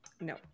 No